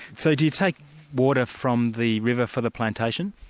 so do you take water from the river for the plantation?